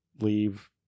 leave